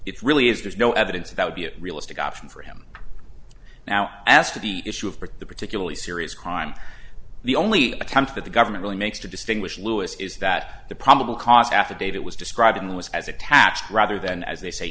it's really is there's no evidence that would be a realistic option for him now as to the issue of her to particularly serious crime the only attempt that the government really makes to distinguish louis is that the probable cause affidavit was described in that was as attached rather than as they say